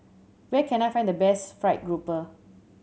where can I find the best fried grouper